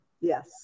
yes